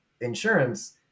insurance